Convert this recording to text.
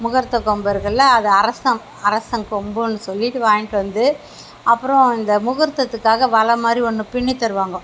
முகூர்த்தக் கொம்புருக்குல அதை அரசன் அரசன் கொம்புன்னு சொல்லிவிட்டு வாங்கிகிட்டு வந்து அப்புறம் இந்த முகூர்த்தத்துக்காக வலை மாதிரி ஒன்று பின்னித்தருவாங்க